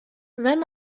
wenn